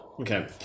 okay